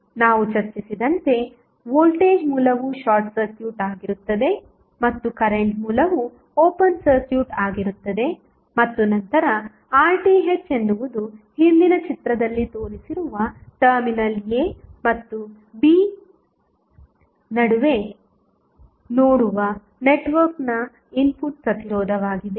ನಾವು ಚರ್ಚಿಸಿದಂತೆ ವೋಲ್ಟೇಜ್ ಮೂಲವು ಶಾರ್ಟ್ ಸರ್ಕ್ಯೂಟ್ ಆಗಿರುತ್ತದೆ ಮತ್ತು ಕರೆಂಟ್ ಮೂಲವು ಓಪನ್ ಸರ್ಕ್ಯೂಟ್ ಆಗಿರುತ್ತದೆ ಮತ್ತು ನಂತರ RTh ಎನ್ನುವುದು ಹಿಂದಿನ ಚಿತ್ರದಲ್ಲಿ ತೋರಿಸಿರುವ ಟರ್ಮಿನಲ್ a ಮತ್ತು b ನಡುವೆ ನೋಡುವ ನೆಟ್ವರ್ಕ್ನ ಇನ್ಪುಟ್ ಪ್ರತಿರೋಧವಾಗಿದೆ